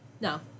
No